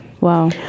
wow